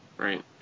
Right